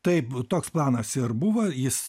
taip toks planas ir buvo jis